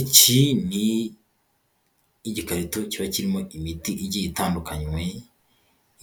Iki ni igikarito kiba kirimo imiti igiye itandukanywe